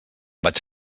vaig